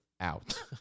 out